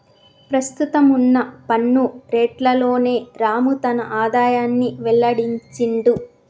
ప్రస్తుతం వున్న పన్ను రేట్లలోనే రాము తన ఆదాయాన్ని వెల్లడించిండు